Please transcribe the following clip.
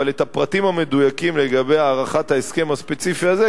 אבל את הפרטים המדויקים לגבי הארכת ההסכם הספציפי הזה,